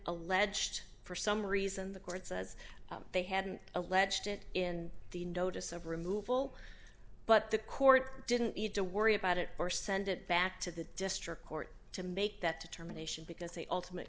alleged for some reason the court says they hadn't alleged it in the notice of removal but the court didn't need to worry about it or send it back to the district court to make that determination because they ultimate